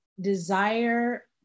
Desire